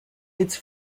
its